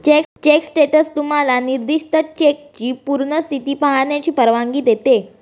check status तुम्हाला निर्दिष्ट चेकची पूर्ण स्थिती पाहण्याची परवानगी देते